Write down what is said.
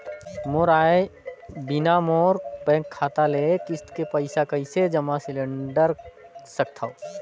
मोर आय बिना मोर बैंक खाता ले किस्त के पईसा कइसे जमा सिलेंडर सकथव?